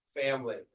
family